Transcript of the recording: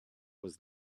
was